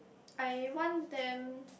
I want them